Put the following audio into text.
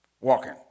walking